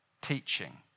teaching